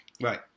right